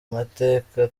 mateka